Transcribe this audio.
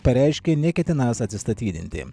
pareiškė neketinąs atsistatydinti